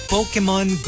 Pokemon